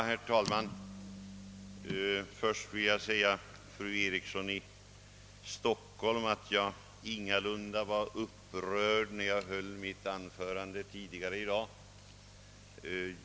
Herr talman! Först vill jag säga till fru Eriksson i Stockholm att jag ingalunda var upprörd, när jag höll mitt anförande tidigare i dag.